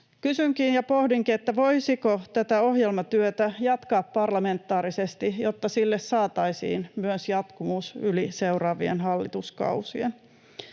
Kysynkin ja pohdinkin, voisiko tätä ohjelmatyötä jatkaa parlamentaarisesti, jotta sille saataisiin myös jatkuvuus yli seuraavien hallituskausien.